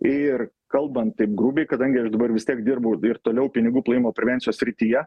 ir kalbant taip grubiai kadangi aš dabar vis tiek dirbu ir toliau pinigų plovimo prevencijos srityje